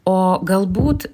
o galbūt